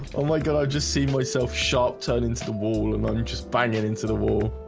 oh my god, i just see myself sharp turning to the wall and i'm just binding into the wall.